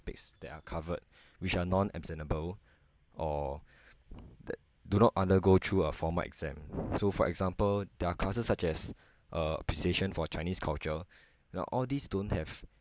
that are covered which are non examinable or that do not undergo through a formal exam so for example their classes such as uh appreciation for chinese culture uh all these don't have